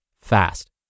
fast